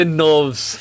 nerves